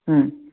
ಹ್ಞೂ